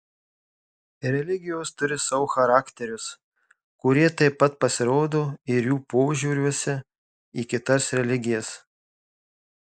religijos turi savo charakterius kurie taip pat pasirodo ir jų požiūriuose į kitas religijas